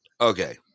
Okay